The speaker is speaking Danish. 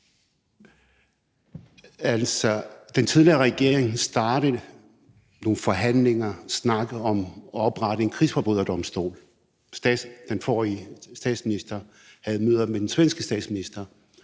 Den tidligere regering startede nogle forhandlinger og snakkede om at oprette en krigsforbryderdomstol. Den forrige statsminister havde møder med den svenske statsminister